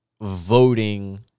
voting